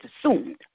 assumed